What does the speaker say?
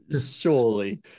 Surely